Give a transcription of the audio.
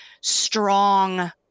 strong